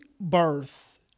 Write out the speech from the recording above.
birth